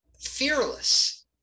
fearless